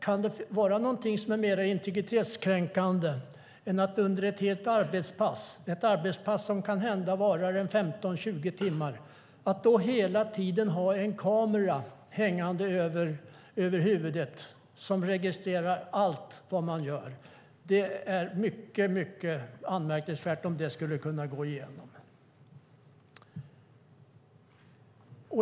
Kan det vara mer integritetskränkande än att under ett helt arbetspass, som kanhända varar 15-20 timmar, hela tiden ha en kamera hängande över huvudet som registrerar allt man gör? Det skulle vara mycket anmärkningsvärt om det skulle gå igenom.